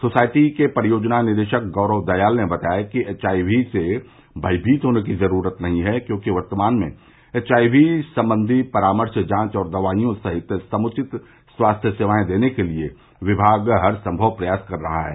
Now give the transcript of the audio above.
society के परियोजना निदेशक गौरव दयाल ने बताया कि एचआईवी से भयमीत होने की जरूरत नहीं है क्योंकि वर्तमान में एचआईवी संबंधी परामर्श जांच और दवाईयों सहित समुवित स्वास्थ्य सेवाएं देने के लिए किमाग हरसंभव प्रयास कर रहा है